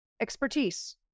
expertise